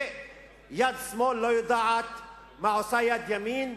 ויד שמאל לא יודעת מה עושה יד ימין,